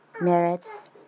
merits